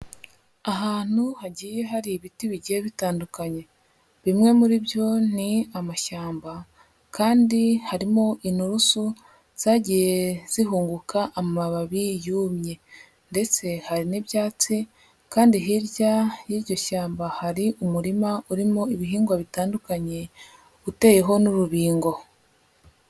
Ahantu hagiye hari ibiti bigiye bitandukanye, bimwe muri byo ni amashyamba kandi harimo inturusu zagiye zihunguka amababi yumye ndetse hari n'ibyatsi kandi hirya y'iryo shyamba hari umurima urimo ibihingwa bitandukanye, uteyeho n'urubingo.